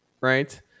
right